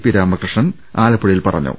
P Ramakrishnan ആല പ്പുഴയിൽ പറഞ്ഞു